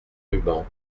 rubans